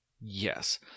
yes